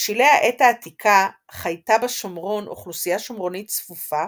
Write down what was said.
בשלהי העת העתיקה חייתה בשומרון אוכלוסייה שומרונית צפופה,